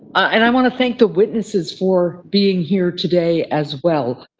and i want to thank the witnesses for being here today as well.